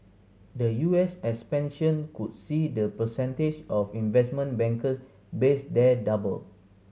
the U S expansion could see the percentage of investment banker based there double